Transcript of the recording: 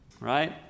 right